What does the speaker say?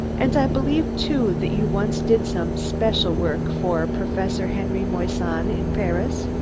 and i believe, too, that you once did some special work for professor henri moissan in paris?